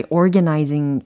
organizing